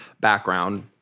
background